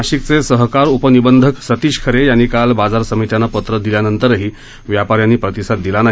नाशिकचे सहकार उपनिबंधक सतीश खरे यांनी काल बाजार समित्यांना पत्र दिल्यानंतरही व्यापाऱ्यांनी प्रतिसाद दिला नाही